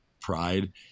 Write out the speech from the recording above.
pride